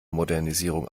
modernisierung